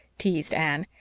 teased anne.